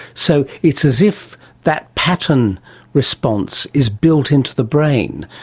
so it's as if that pattern response is built into the brain.